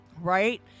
right